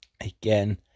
again